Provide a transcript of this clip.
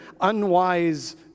unwise